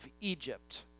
Egypt